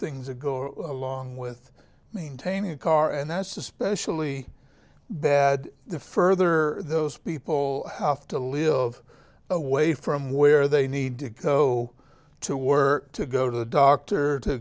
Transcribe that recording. things that go along with maintaining a car and that's especially bad the further those people have to live away from where they need to go to work to go to the doctor to